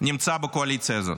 נמצא בקואליציה הזאת: